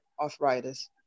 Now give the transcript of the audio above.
arthritis